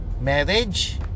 marriage